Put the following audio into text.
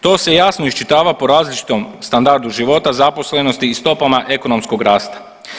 To se jasno iščitava po različitom standardu života, zaposlenosti i stopama ekonomskog rasta.